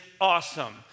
awesome